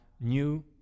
new